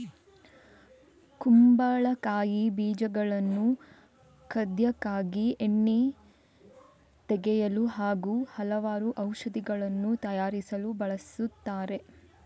ಕುಂಬಳಕಾಯಿ ಬೀಜಗಳನ್ನು ಖಾದ್ಯಕ್ಕಾಗಿ, ಎಣ್ಣೆ ತೆಗೆಯಲು ಹಾಗೂ ಹಲವಾರು ಔಷಧಿಗಳನ್ನು ತಯಾರಿಸಲು ಬಳಸುತ್ತಾರೆ